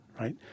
right